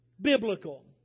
biblical